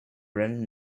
random